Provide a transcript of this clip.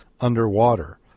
underwater